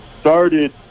started